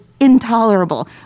intolerable